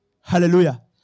Hallelujah